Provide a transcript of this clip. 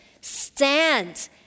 stand